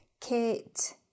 Kate